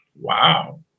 Wow